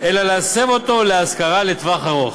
אלא להסב אותו להשכרה לטווח ארוך.